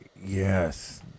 yes